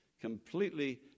completely